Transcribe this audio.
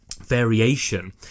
variation